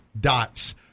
dots